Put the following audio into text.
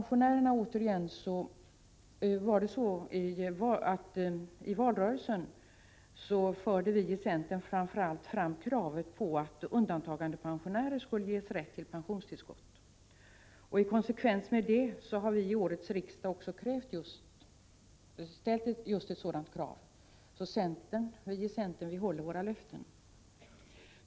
I valrörelsen förde vi i centern framför allt fram kravet på att undantagandepensionärer skulle ges rätt till pensionstillskott. I konsekvens med det har vi vid årets riksdag ställt just ett sådant krav. Vi i centern håller våra löften.